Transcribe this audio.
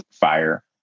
fire